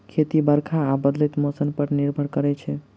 खेती बरखा आ बदलैत मौसम पर निर्भर करै छै